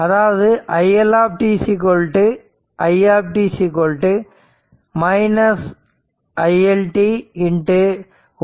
அதாவது i L t i t i L t 1 1 4